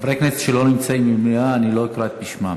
חברי כנסת שלא נמצאים במליאה, אני לא אקרא בשמם.